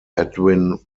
edwin